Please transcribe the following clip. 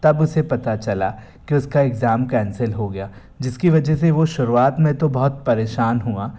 तब उसे पता चला कि उसका इग्ज़ाम कैंसिल हो गया जिसकी वजह से वो शुरुआत में तो बहुत परेशान हुआ